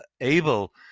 able